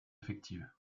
effective